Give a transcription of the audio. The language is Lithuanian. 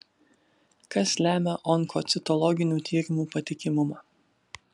kas lemia onkocitologinių tyrimų patikimumą